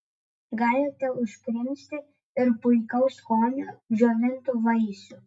galite užkrimsti ir puikaus skonio džiovintų vaisių